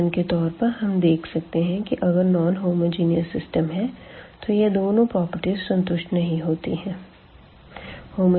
उदाहरण के तौर पर हम देख सकते है कि अगर नोन होमोजीनीयस सिस्टम है तो यह दोनों प्रॉपर्टीज़ संतुष्ट नही होती है